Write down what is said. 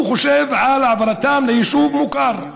הוא חושב על העברתם ליישוב מוכר,